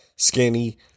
Skinny